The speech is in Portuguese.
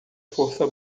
força